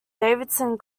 davidson